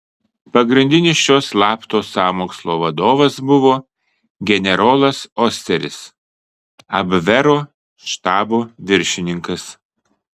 pagrindinis šio slapto sąmokslo vadovas buvo generolas osteris abvero štabo viršininkas